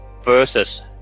versus